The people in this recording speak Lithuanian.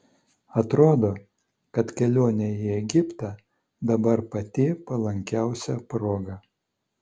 atrodo kad kelionei į egiptą dabar pati palankiausia proga